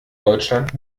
deutschland